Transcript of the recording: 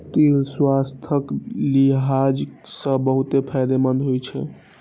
तिल स्वास्थ्यक लिहाज सं बहुत फायदेमंद होइ छै